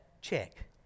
check